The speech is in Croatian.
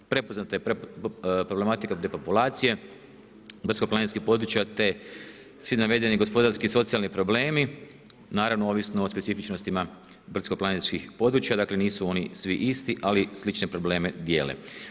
Prepoznata je problematika depopulacije, brdsko-planinskih područja te svi navedeni gospodarski i socijalni problemi naravno ovisno o specifičnostima brdsko-planinskih područja, dakle nisu oni svi isti ali slične probleme dijele.